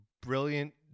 Brilliant